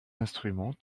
instruments